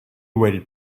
waited